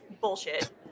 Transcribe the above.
bullshit